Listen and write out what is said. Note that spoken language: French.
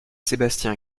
sébastien